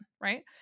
right